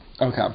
Okay